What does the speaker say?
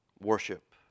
worship